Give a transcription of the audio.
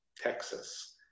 Texas